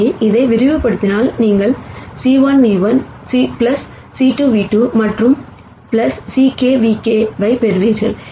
எனவே இதை விரிவுபடுத்தினால் நீங்கள் c1 ν₁ c2 v2 மற்றும் ck vk வை பெறுவீர்கள்